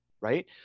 right